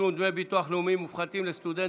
תשלום דמי ביטוח לאומי מופחתים לסטודנט